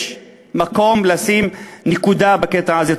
יש מקום לשים נקודה בקטע הזה.